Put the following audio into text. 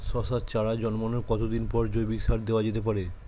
শশার চারা জন্মানোর কতদিন পরে জৈবিক সার দেওয়া যেতে পারে?